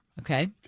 Okay